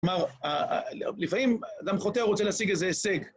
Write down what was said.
כלומר, לפעמים אדם חוטא, הוא רוצה להשיג איזה הישג.